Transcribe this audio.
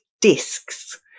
discs